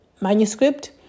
manuscript